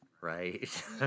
Right